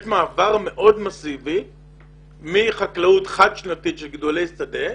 יש מעבר מאוד מסיבי מחקלאות חד שנתית של גידולי שדה,